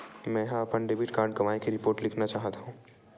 मेंहा अपन debit card गवाए के रिपोर्ट लिखना चाहत हव